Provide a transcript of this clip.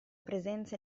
presenza